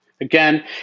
Again